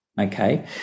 okay